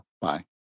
Bye